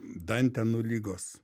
dantenų ligos